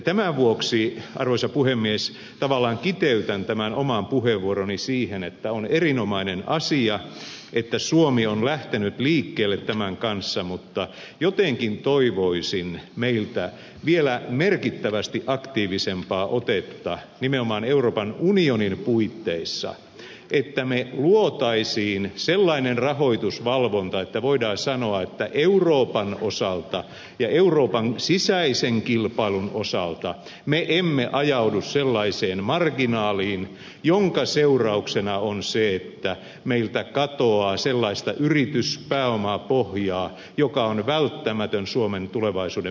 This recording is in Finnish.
tämän vuoksi arvoisa puhemies tavallaan kiteytän tämän oman puheenvuoroni siihen että on erinomainen asia että suomi on lähtenyt liikkeelle tämän kanssa mutta jotenkin toivoisin meiltä vielä merkittävästi aktiivisempaa otetta nimenomaan euroopan unionin puitteissa että luotaisiin sellainen rahoitusvalvonta että voidaan sanoa että euroopan osalta ja euroopan sisäisen kilpailun osalta me emme ajaudu sellaiseen marginaaliin jonka seurauksena on se että meiltä katoaa sellaista yrityspääomapohjaa joka on välttämätön suomen tulevaisuuden menestymisen kannalta